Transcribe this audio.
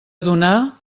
donar